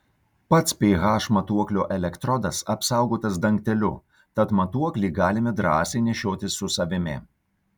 pats ph matuoklio elektrodas apsaugotas dangteliu tad matuoklį galime drąsiai nešiotis su savimi